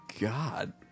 God